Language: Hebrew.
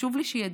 וחשוב לי שידעו